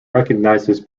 recognises